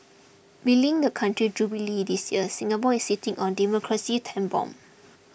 belying the country's Jubilee this year Singapore is sitting on a demographic time bomb